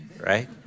Right